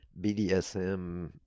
BDSM